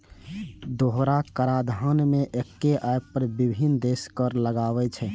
दोहरा कराधान मे एक्के आय पर विभिन्न देश कर लगाबै छै